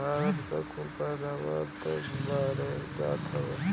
भारत का कुल पैदावार तअ बहरे जात बाटे